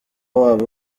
waba